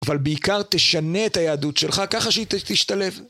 אבל בעיקר תשנה את היהדות שלך ככה שהיא תשתלב.